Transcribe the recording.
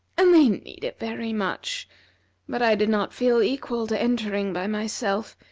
and they need it very much but i did not feel equal to entering by myself,